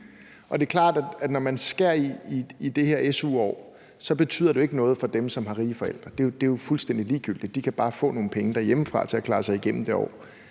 og det er jo klart, at det, når man skærer i det her su-år, så ikke betyder noget for dem, som har rige forældre. For det er jo fuldstændig ligegyldigt, de kan bare få nogle penge derhjemmefra til at klare sig igennem det år.